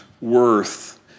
worth